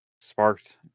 sparked